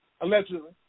allegedly